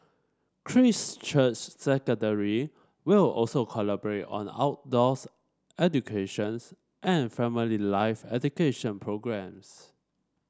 Christ Church Secondary will also collaborate on outdoors educations and family life education programmes